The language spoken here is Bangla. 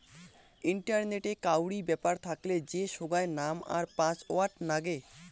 ইন্টারনেটে কাউরি ব্যাপার থাকলে যে সোগায় নাম আর পাসওয়ার্ড নাগে